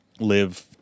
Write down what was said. Live